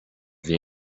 the